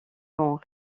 vont